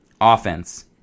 offense